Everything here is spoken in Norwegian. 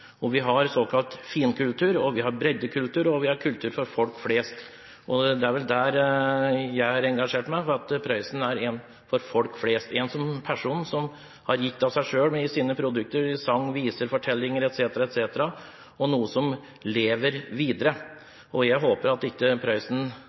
har såkalt finkultur, vi har breddekultur og vi har kultur for folk flest. Det er vel der jeg har engasjert meg, for Prøysen er for folk flest. Han er en person som har gitt av seg selv i sin produksjon av sang, viser, fortellinger etc., etc. Det er noe som lever videre.